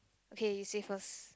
okay you say first